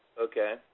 Okay